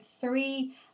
three